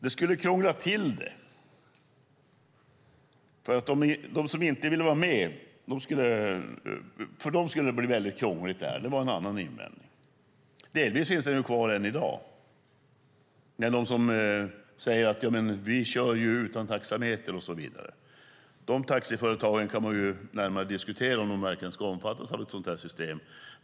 En annan invändning var att redovisningscentraler skulle krångla till det för dem som inte vill vara med. Delvis finns den kvar än i dag. Det finns de som kör utan taxameter. Det kan verkligen diskuteras om de taxiföretagen ska omfattas av ett sådant system.